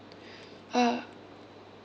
uh